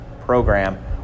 program